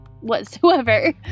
whatsoever